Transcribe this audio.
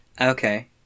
Okay